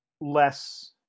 less